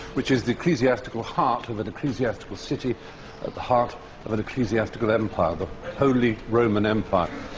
which is the ecclesiastical heart of an ecclesiastical city at the heart of an ecclesiastical empire the holy roman empire.